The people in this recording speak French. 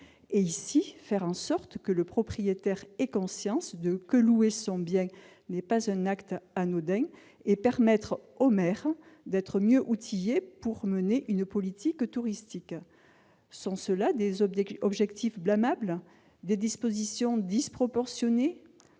et, ici, faire en sorte que le propriétaire ait conscience que louer son bien n'est pas un acte anodin et permettre aux maires d'être mieux outillés pour mener une politique touristique. Sont-ce là des objectifs blâmables ? Des dispositions disproportionnées ?